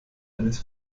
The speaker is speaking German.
eines